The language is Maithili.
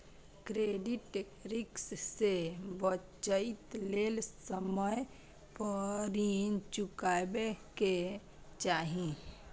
क्रेडिट रिस्क से बचइ लेल समय पर रीन चुकाबै के चाही